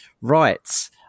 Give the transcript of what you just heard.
right